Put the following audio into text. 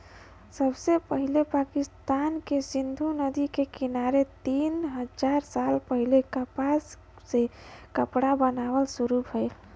सबसे पहिले पाकिस्तान के सिंधु नदी के किनारे तीन हजार साल पहिले कपास से कपड़ा बनावल शुरू भइल